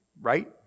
right